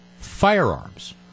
firearms